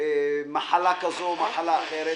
מחלה כזו או מחלה אחרת.